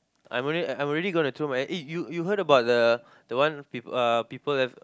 I'm already I'm already gonna throw my head eh you you heard about the the one people uh people have